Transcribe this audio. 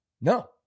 No